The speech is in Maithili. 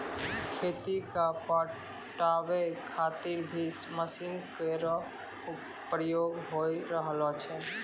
खेत क पटावै खातिर भी मसीन केरो प्रयोग होय रहलो छै